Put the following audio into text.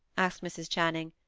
asked mrs. channing,